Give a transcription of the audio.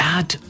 Add